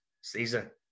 Caesar